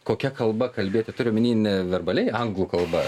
kokia kalba kalbėti turiu omeny ne verbaliai anglų kalba